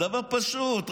דבר פשוט,